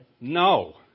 No